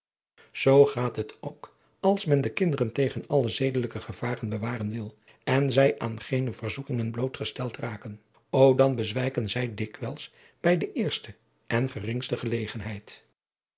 zoo gaat het ook als men de kinderen tegen alle zedelijke gevaren bewaren wil en zij aan geene verzoekingen blootgesteld raken ô dan bezwijken zij dikwijls bij de eerste en geringste gelegenheid